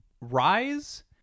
Rise